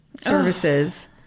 services